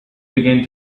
began